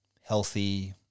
healthy